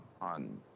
on